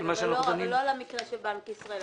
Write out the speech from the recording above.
אבל לא על המקרה של בנק ישראל.